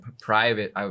private